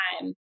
time